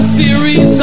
series